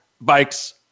bikes